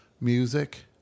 music